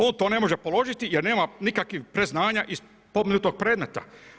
On to ne može položiti jer nema nikakvih predznanja iz spomenutog predmeta.